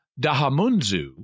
Dahamunzu